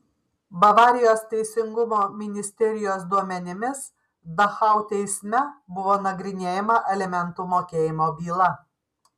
bavarijos teisingumo ministerijos duomenimis dachau teisme buvo nagrinėjama alimentų mokėjimo byla